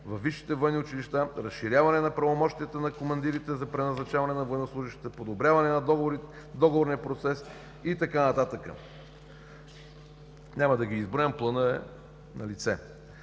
училища, разширяване на правомощията на командирите за преназначаване на военнослужещите, подобряване на договорния процес и така нататък. Няма да ги изброявам, планът е налице.